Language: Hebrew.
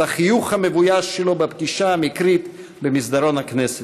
את החיוך המבויש שלו בפגישה מקרית במסדרון הכנסת.